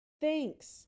thanks